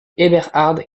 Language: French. eberhard